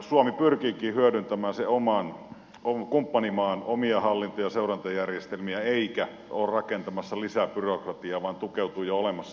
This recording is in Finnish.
suomi pyrkiikin hyödyntämään sen kumppanimaan omia hallinta ja seurantajärjestelmiä eikä ole rakentamassa lisää byrokratiaa vaan tukeutuu jo olemassa oleviin